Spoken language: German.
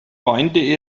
weinte